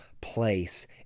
place